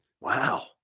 Wow